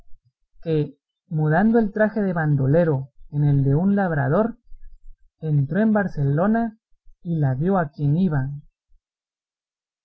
que mudando el traje de bandolero en el de un labrador entró en barcelona y la dio a quien iba